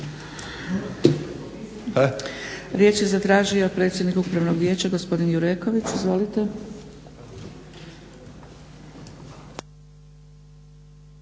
Riječ je zatražio predsjednik upravnog vijeća, gospodin Jureković. Izvolite.